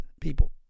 people